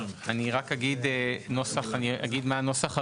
אני אגיד מהו הנוסח הראשוני.